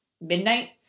midnight